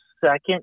second